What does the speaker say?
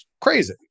crazy